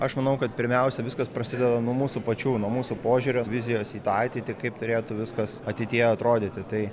aš manau kad pirmiausia viskas prasideda nuo mūsų pačių nuo mūsų požiūrio vizijos į ateitį kaip turėtų viskas ateityje atrodyti tai